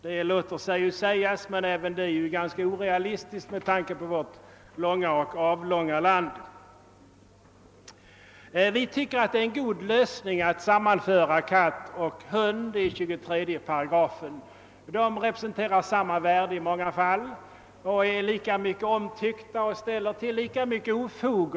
Det låter sig sägas men är ganska orealistiskt med tanke på vårt vidsträckta land. Vi tycker att det är en god lösning att sammanföra katt och hund i 23 8. De representerar samma värde i många fall. De är lika mycket omtyckta och ställer till lika mycket ofog.